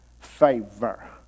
favor